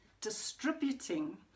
distributing